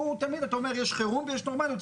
שתמיד אתה אומר: יש חירום ויש נורמליות,